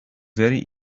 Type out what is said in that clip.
very